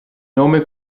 nome